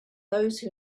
those